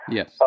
Yes